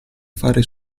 fare